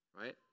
right